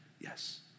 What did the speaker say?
yes